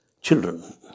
children